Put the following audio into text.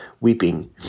weeping